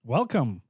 Welcome